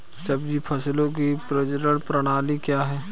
सब्जी फसलों की विपणन प्रणाली क्या है?